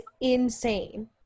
insane